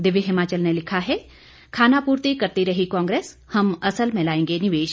दिव्य हिमाचल ने लिखा है खानापूर्ति करती रही कांग्रेस हम असल में लाएंगे निवेश